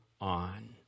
on